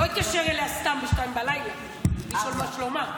הוא לא התקשר אליה סתם ב-02:00 לשאול מה שלומה.